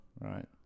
right